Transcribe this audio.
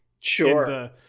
Sure